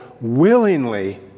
willingly